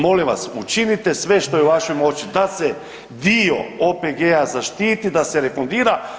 Molim vas učinite sve što je u vašoj moći da se dio OPG-a zaštiti i da se refundira.